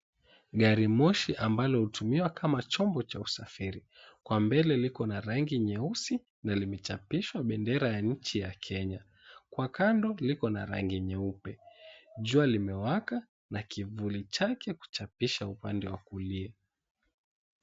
Gari moshi ambalo hutumiwa kama chombo cha usafiri, kwa mbele liko na rangi nyeusi na limechapishwa bendera ya nchi ya Kenya. Kwa kando liko na rangi nyeupe. Jua limewaka na kivuli chake kuchapisha upande wa kulia.